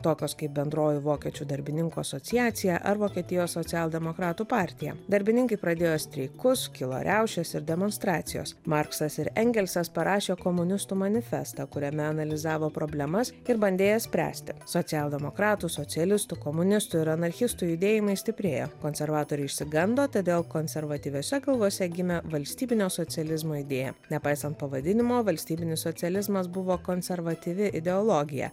tokios kaip bendroji vokiečių darbininkų asociacija ar vokietijos socialdemokratų partija darbininkai pradėjo streikus kilo riaušės ir demonstracijos marksas ir engelsas parašė komunistų manifestą kuriame analizavo problemas ir bandė jas spręsti socialdemokratų socialistų komunistų ir anarchistų judėjimai stiprėjo konservatoriai išsigando todėl konservatyviuose galvose gimė valstybinio socializmo idėja nepaisant pavadinimo valstybinis socializmas buvo konservatyvi ideologija